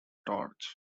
torch